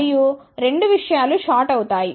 మరియు రెండు విషయాలు షార్ట్ అవుతాయి